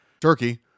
Turkey